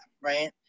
right